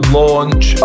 launch